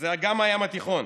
שזה אגן הים התיכון,